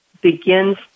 begins